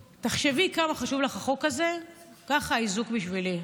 תחשבי, כמה חשוב לך החוק הזה, ככה האיזוק בשבילי.